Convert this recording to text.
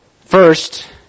first